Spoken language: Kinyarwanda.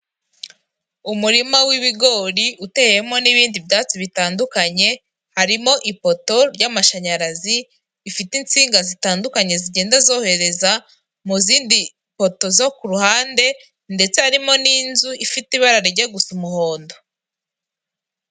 Umurima w'ibigori uteyemo n'ibindi byatsi bitandukanye harimo ipoto ry'amashanyarazi rifite insinga zitandukanye zigenda zohereza mu zindi poto zo ku ruhande ndetse harimo n'inzu ifite ibara rijya gusa umuhondo.